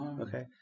Okay